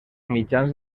mitjans